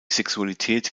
sexualität